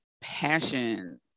passion